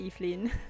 Evelyn